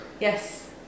Yes